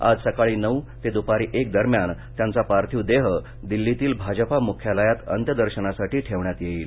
आज सकाळी नऊ ते दुपारी एक दरम्यान त्यांचा पार्थिव देह दिल्लीतील भाजपा मुख्यालयात अंत्य दर्शनासाठी ठेवण्यात येईल